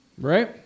Right